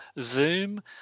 Zoom